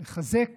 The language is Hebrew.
לחזק